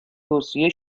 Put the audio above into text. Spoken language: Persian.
توصیه